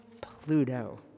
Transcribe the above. Pluto